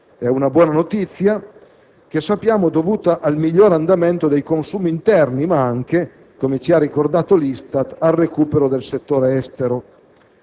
di una buona notizia che sappiamo dovuta al migliore andamento dei consumi interni ma anche, come ricordato dall'ISTAT, al recupero del settore estero.